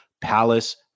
Palace